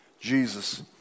Jesus